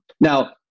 Now